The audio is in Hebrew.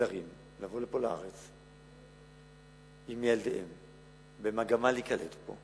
לזרים לבוא לפה לארץ עם ילדיהם במגמה להיקלט פה,